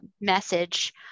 message